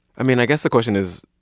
i mean, i guess the question is,